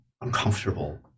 uncomfortable